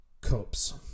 Cups